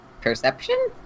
perception